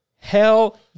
Hell